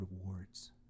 rewards